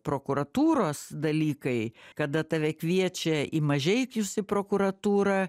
prokuratūros dalykai kada tave kviečia į mažeikius į prokuratūrą